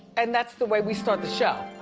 and that's the way we start the show,